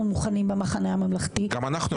אנחנו מוכנים במחנה הממלכתי --- גם אנחנו.